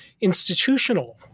institutional